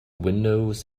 windows